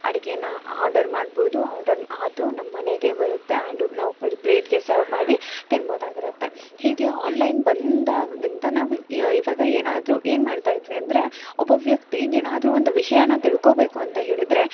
ಅಡುಗೆನ ಆರ್ಡರ್ ಮಾಡ್ಬೌದು ಆರ್ಡರ್ ಅದು ನಮ್ಮನೆಗೆ ಬರುತ್ತೆ ಆ್ಯಂಡು ನಾವು ಪ್ಲೇಟ್ಗೆ ಸರ್ವ್ ಮಾಡಿ ತಿನ್ಬೋದಾಗಿರುತ್ತೆ ಹೀಗೆ ಆನ್ಲೈನ್ ಬಂದಾಗಲಿಂದ ನಾವು ಈವಾಗ ಏನಾದ್ರೂ ಏನು ಮಾಡ್ತಾಯಿದ್ವಿ ಅಂದರೆ ಒಬ್ಬ ವ್ಯಕ್ತಿ ಏನಾದ್ರೂ ಒಂದು ವಿಷಯನ ತಿಳ್ಕೊಳ್ಬೇಕು ಅಂತ ಹೇಳಿದರೆ